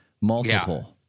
Multiple